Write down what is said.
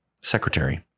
secretary